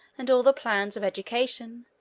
and all the plans of education,